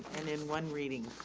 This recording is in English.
in one reading.